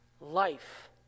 life